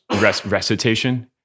recitation